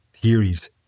theories